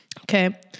Okay